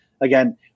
Again